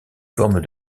forme